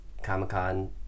Comic-Con